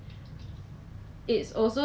oh 对对对那个 vending machine